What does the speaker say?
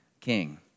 king